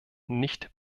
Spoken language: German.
nicht